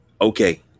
okay